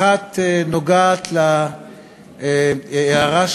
אחת נוגעת להערה,